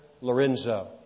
Lorenzo